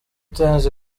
times